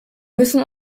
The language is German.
müssen